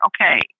okay